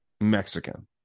Mexican